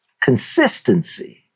Consistency